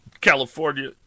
California